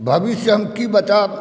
भविष्य हम की बतायब